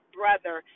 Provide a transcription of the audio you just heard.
brother